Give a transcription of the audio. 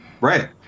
Right